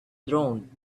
drowned